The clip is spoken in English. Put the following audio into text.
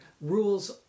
rules